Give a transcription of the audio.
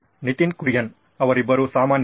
ನಿತಿನ್ ಕುರಿಯನ್ ಅವರಿಬ್ಬರೂ ಸಾಮಾನ್ಯರು